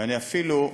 ואני אפילו,